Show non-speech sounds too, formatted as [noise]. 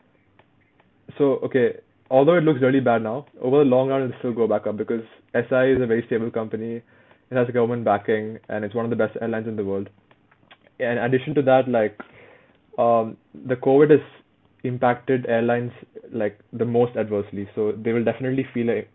so okay although it looks really bad now over the long run it'll still go back up because S_I_A's a very stable company it has the government backing and it's one of the best airlines in the world [noise] and in addition to that like um the COVID has impacted airlines like the most adversely so they will definitely feel like